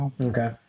Okay